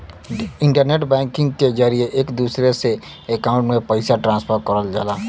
internet banking के जरिये एक से दूसरे अकांउट में पइसा ट्रांसफर करल जाला